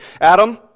Adam